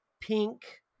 Pink